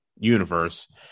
universe